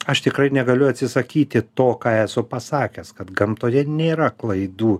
aš tikrai negaliu atsisakyti to ką esu pasakęs kad gamtoje nėra klaidų